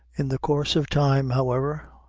in the course of time, however,